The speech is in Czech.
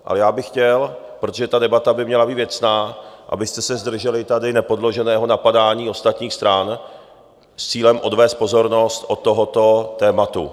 Ale já bych chtěl, protože ta debata by měla být věcná, abyste se zdrželi tady nepodloženého napadání ostatních stran s cílem odvést pozornost od tohoto tématu.